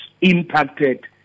impacted